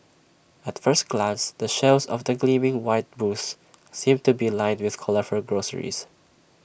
at first glance the shelves of the gleaming white booths seem to be lined with colourful groceries